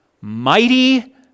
Mighty